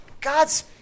god's